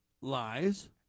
lies